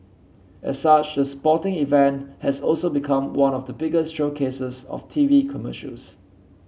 as such the sporting event has also become one of the biggest showcases of T V commercials